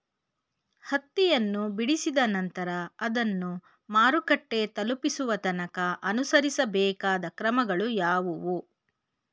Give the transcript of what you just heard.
ಹತ್ತಿಯನ್ನು ಬಿಡಿಸಿದ ನಂತರ ಅದನ್ನು ಮಾರುಕಟ್ಟೆ ತಲುಪಿಸುವ ತನಕ ಅನುಸರಿಸಬೇಕಾದ ಕ್ರಮಗಳು ಯಾವುವು?